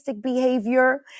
behavior